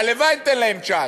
הלוואי, הלוואי "תן להם צ'אנס".